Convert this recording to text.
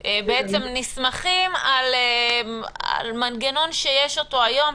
שנסמכים על מנגנון שקיים היום,